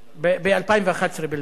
ב-2011 בלבד.